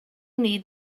need